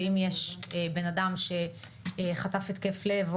שאם יש בנאדם שחטף התקף לב,